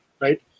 right